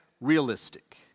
realistic